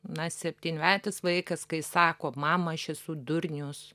na septynmetis vaikas kai sako mama aš esu durnius